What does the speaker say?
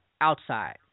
outside